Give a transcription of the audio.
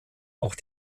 auch